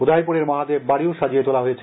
উদয়পুরের মহাদেব বাড়িও সাজিয়ে তোলা হয়েছে